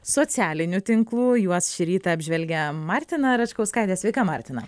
socialinių tinklų juos šį rytą apžvelgia martina račkauskaitė sveika martina